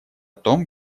том